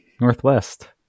northwest